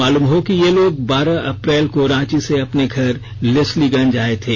मालूम हो कि ये लोग बारह अप्रैल को रांची से अपने घर लेस्लीगंज आये थे